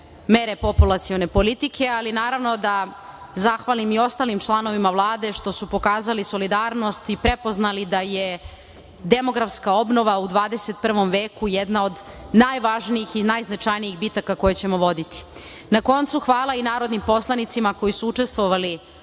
mere populacione politike, ali naravno, da zahvalim i ostalim članovima Vlade što su pokazali solidarnost i prepoznali da je demografska obnova u 21. veku jedna od najvažnijih i najznačajnijih bitaka koje ćemo voditi. Na koncu, hvala i narodnim poslanicima koji su učestvovali